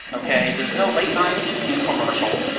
ok. there's no late night infomercial,